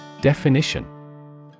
Definition